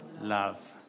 Love